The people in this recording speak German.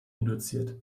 induziert